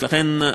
לכן,